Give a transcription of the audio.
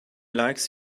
likes